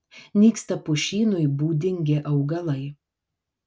nyksta pušynui būdingi augalai